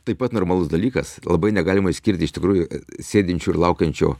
taip pat normalus dalykas labai negalima išskirti iš tikrųjų sėdinčio ir laukiančio